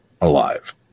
alive